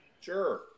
Sure